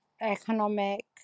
economic